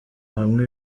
hamwe